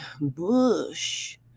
bush